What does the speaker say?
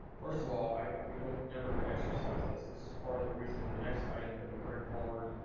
first of all, i would hope never to exercise this. this is part of the reason the next item that we bring forward